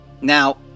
Now